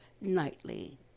nightly